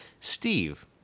Steve